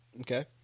Okay